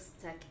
stuck